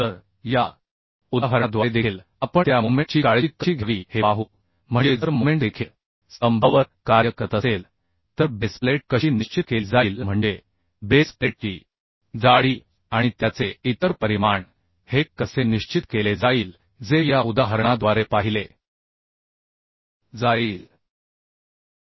तर या उदाहरणाद्वारे देखील आपण त्या मोमेंट ची काळजी कशी घ्यावी हे पाहू म्हणजे जर मोमेंट देखील स्तंभावर कार्य करत असेल तर बेस प्लेट कशी निश्चित केली जाईल म्हणजे बेस प्लेटची जाडी आणि त्याचे इतर परिमाण हे कसे निश्चित केले जाईल जे या उदाहरणाद्वारे पाहिले जाईल